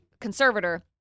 conservator